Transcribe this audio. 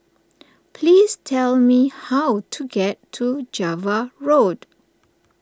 please tell me how to get to Java Road